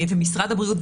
משרד הבריאות,